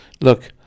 look